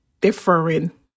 differing